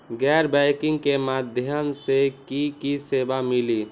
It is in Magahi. गैर बैंकिंग के माध्यम से की की सेवा मिली?